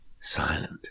silent